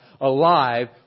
Alive